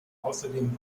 außerdem